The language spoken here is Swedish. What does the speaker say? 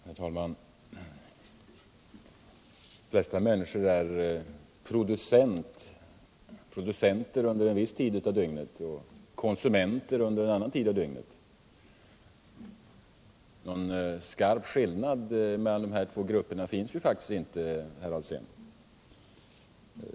Herr talman! De flesta människor är producenter under en viss tid av dygnet och konsumenter under en annan tid. Någon skarp skillnad mellan de två grupperna finns faktiskt inte, herr Alsén.